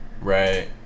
Right